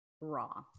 raw